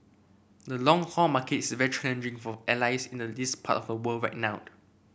the long haul market is very challenging for airlines in the this part of a world wide now